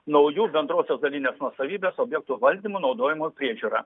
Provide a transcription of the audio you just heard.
naujų bendrosios dalinės nuosavybės objekto valdymu naudojimu priežiūra